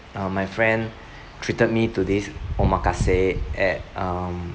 uh my friend treated me to this omakase at um